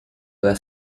alla